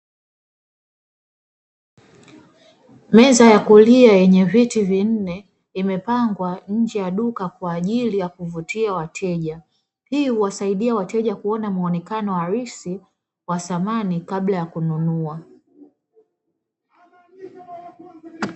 Meza ya kulia yenye viti vinne imepangwa nje ya duka kwa ajili ya kuvutia wateja, hii huwasaidia wateja kuona muonekano halisi wa samani kabla ya kununua.